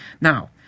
Now